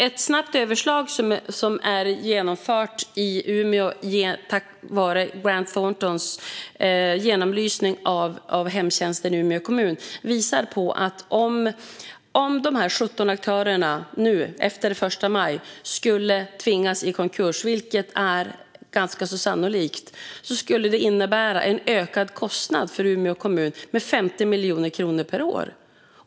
Ett snabbt överslag som är gjort i Umeå, tack vare Grant Thorntons genomlysning av hemtjänsten i Umeå kommun, visar att om de 17 privata aktörerna efter den 1 maj skulle tvingas i konkurs, vilket är ganska sannolikt, skulle det innebära en ökad kostnad för Umeå kommun med 50 miljoner kronor per år.